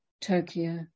Tokyo